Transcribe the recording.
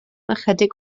ychydig